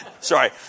Sorry